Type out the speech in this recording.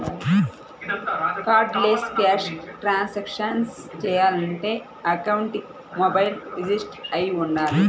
cardless cash transactions చెయ్యాలంటే అకౌంట్కి mobile register అయ్యి వుండాలి